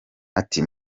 ati